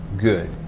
good